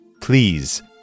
please